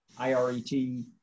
IRET